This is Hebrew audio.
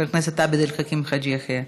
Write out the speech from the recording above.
חבר הכנסת עבד אל חכים חאג' יחיא,